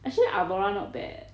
actually avora not bad eh